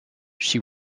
she